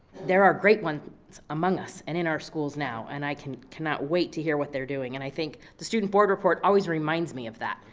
there are great ones among us and in our schools now, and i cannot wait to hear what they're doing, and i think the student board report always reminds me of that.